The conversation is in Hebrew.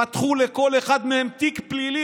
פתחו לכל אחת מהן תיק פלילי,